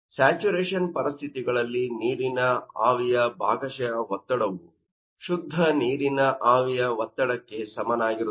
saturation ಪರಿಸ್ಥಿತಿಗಳಲ್ಲಿ ನೀರಿನ ಆವಿಯ ಭಾಗಶಃ ಒತ್ತಡವು ಶುದ್ಧ ನೀರಿನ ಆವಿಯ ಒತ್ತಡಕ್ಕೆ ಸಮನಾಗಿರುತ್ತದೆ